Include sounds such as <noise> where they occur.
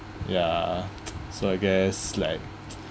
ya <noise> so I guess like <noise>